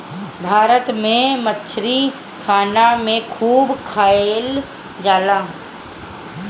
भारत में मछरी खाना में खूब खाएल जाला